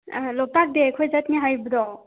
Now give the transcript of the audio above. ꯂꯣꯛꯇꯥꯛ ꯗꯦ ꯑꯩꯈꯣꯏ ꯆꯠꯅꯤ ꯍꯥꯏꯕꯗꯣ